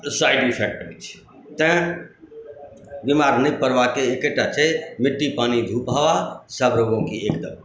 side effect होइत छै तैँ बीमार नहि पड़बाके एक्कहि टा छै मिट्टी पानी धूप हवा सब रोगों की एक दवा